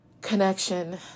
connection